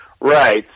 Right